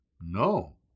no